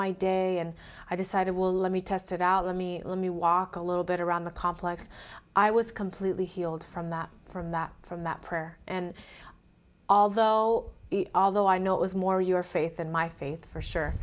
my day and i decided well let me test it out let me let me walk a little bit around the complex i was completely healed from that from that from that prayer and although although i know it was more your faith and my faith for